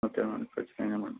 okay madam ఖచ్చితంగా madam